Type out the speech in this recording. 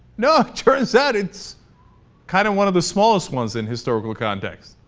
not trends that it's kind of one of the small swanson history contacts